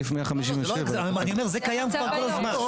זה קיים כבר כל הזמן.